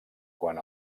quan